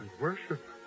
worship